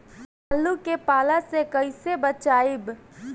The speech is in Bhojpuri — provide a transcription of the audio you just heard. आलु के पाला से कईसे बचाईब?